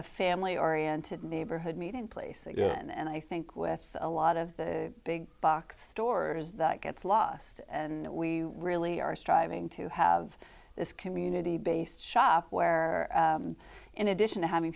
a family oriented neighborhood meeting place again and i think with a lot of the big box stores that gets lost and we really are striving to have this community based shop where in addition to h